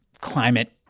climate